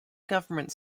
government